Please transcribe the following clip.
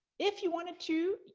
if you wanted to,